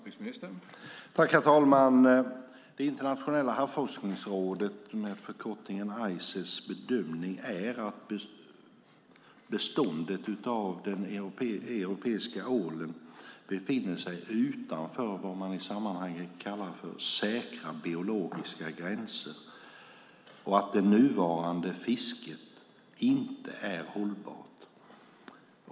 Herr talman! Det internationella havsforskningsrådets, med förkortningen Ices, bedömning är att beståndet av den europeiska ålen befinner sig utanför vad man i sammanhanget kallar för säkra biologiska gränser och att det nuvarande fisket inte är hållbart.